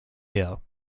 her